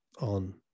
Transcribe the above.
on